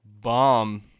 bomb